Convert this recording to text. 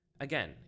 Again